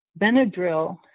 Benadryl